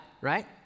right